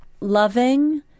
loving